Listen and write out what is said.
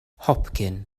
hopcyn